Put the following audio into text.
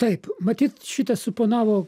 taip matyt šitą suponavo